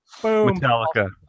Metallica